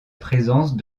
présence